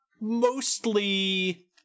mostly